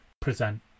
present